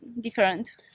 different